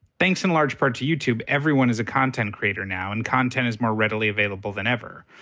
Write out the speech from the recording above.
thanks in large part to youtube, everyone is a content creator now, and content is more readily available than ever.